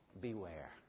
Beware